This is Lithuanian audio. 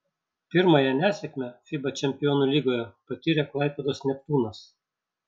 pirmąją nesėkmę fiba čempionų lygoje patyrė klaipėdos neptūnas